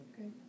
okay